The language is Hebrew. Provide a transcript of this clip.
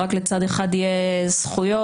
ורק לצד אחד יהיו זכויות.